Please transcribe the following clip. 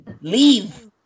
leave